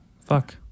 Fuck